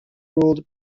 ruled